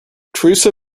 teresa